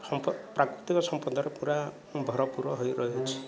ସମ୍ପ ପ୍ରାକୃତିକ ସମ୍ପଦରେ ପୁରା ଭରପୁର ହୋଇ ରହିଅଛି